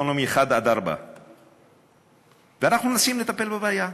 שהם במצב סוציו-אקונומי 1 4. אנחנו מנסים לטפל בבעיה.